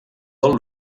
del